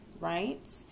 Right